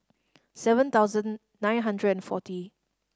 seven thousand nine hundred and forty